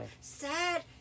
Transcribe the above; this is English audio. sad